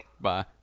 Bye